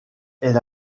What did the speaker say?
elle